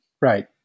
Right